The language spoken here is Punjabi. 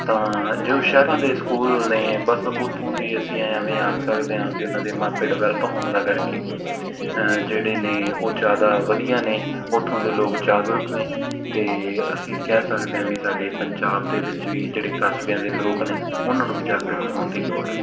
ਤਾਂ ਜੋ ਸ਼ਹਿਰਾਂ ਦੇ ਸਕੂਲ ਨੇ ਬਸ ਉੱਥੋਂ ਦੇ ਅਸੀਂ ਐਵੇਂ ਆਖ ਸਕਦੇ ਹਾਂ ਵੀ ਉਹਨਾਂ ਦੇ ਮਾਪੇ ਡਿਵੈਲਪ ਹੋਣ ਦਾ ਕਰਕੇ ਜਿਹੜੇ ਨੇ ਉਹ ਜ਼ਿਆਦਾ ਵਧੀਆ ਨੇ ਉੱਥੋਂ ਦੇ ਲੋਕ ਜਾਗਰੂਕ ਨੇ ਅਤੇ ਅਸੀਂ ਕਹਿ ਸਕਦੇ ਹਾਂ ਵੀ ਸਾਡੇ ਪੰਜਾਬ ਦੇ ਵਿੱਚ ਵੀ ਜਿਹੜੇ ਕਸਬਿਆਂ ਦੇ ਲੋਕ ਨੇ ਉਹਨਾਂ ਨੂੰ ਵੀ ਜਾਗਰੂਕ ਹੋਣ ਦੀ ਲੋੜ ਹੈ